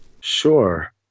sure